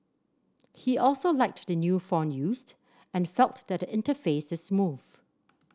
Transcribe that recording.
he also liked the new font used and felt that the interface is smooth